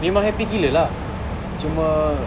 memang happy gila lah cuma